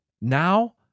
now